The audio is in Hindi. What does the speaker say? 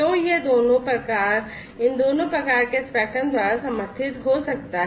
तो यह इन दोनों प्रकार के स्पेक्ट्रम द्वारा समर्थित हो सकता है